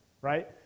right